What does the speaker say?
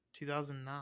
2009